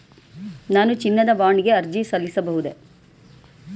ನಾನು ಚಿನ್ನದ ಬಾಂಡ್ ಗೆ ಅರ್ಜಿ ಸಲ್ಲಿಸಬಹುದೇ?